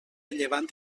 llevant